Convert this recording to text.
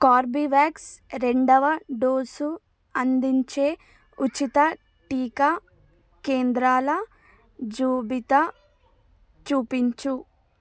కార్బివాక్స్ రెండవ డోసు అందించే ఉచిత టీకా కేంద్రాల జాబితా చూపించు